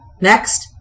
Next